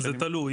זה תלוי.